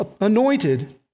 anointed